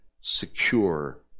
secure